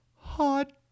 Hot